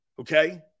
okay